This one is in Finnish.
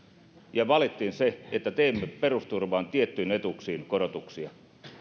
ja valittiin se että teemme perusturvaan tiettyihin etuuksiin korotuksia